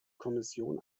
kommission